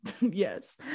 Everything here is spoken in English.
Yes